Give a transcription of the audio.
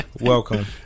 Welcome